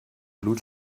blut